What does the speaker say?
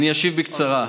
אני אשיב בקצרה.